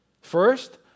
First